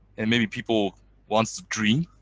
and maybe people wants to dream